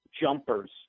jumpers